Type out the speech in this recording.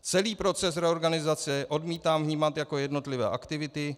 Celý proces reorganizace odmítám vnímat jako jednotlivé aktivity.